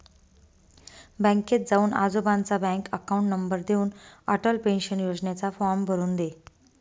बँकेत जाऊन आजोबांचा बँक अकाउंट नंबर देऊन, अटल पेन्शन योजनेचा फॉर्म भरून दे